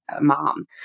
mom